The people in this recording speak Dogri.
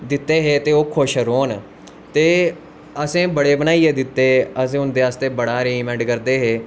दित्ते हे ते ओह् खुश रौह्न ते असैं बड़े बनाईयै दित्ते अस उंदे आस्ते बड़ा अरेंजमैंट करदे हे